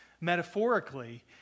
metaphorically